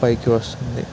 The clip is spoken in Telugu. పైకి వస్తుంది